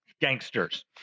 Gangsters